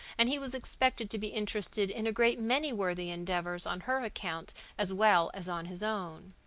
and he was expected to be interested in a great many worthy endeavors on her account as well as on his own.